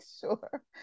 sure